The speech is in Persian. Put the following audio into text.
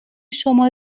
شما